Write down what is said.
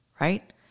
right